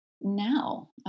now